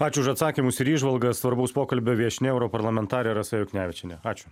ačiū už atsakymus ir įžvalgas svarbaus pokalbio viešnia europarlamentarė rasa juknevičienė ačiū